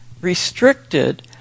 restricted